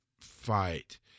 fight